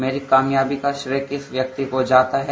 मेरी कामयाबी का श्रेय किस व्यक्ति को जाता है